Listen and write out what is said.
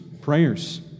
prayers